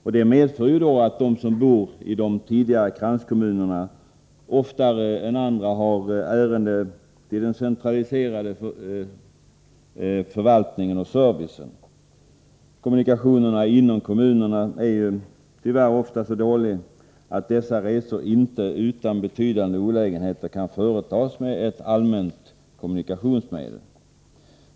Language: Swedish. Detta medför att de som bor i de tidigare kranskommunerna ofta har ärenden till den centraliserade förvaltningen och servicen. Kommunikationerna inom kommunerna är tyvärr ofta så dåliga att dessa resor inte utan betydande olägenheter kan företas med ett allmänt kommunikationsmedel.